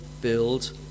build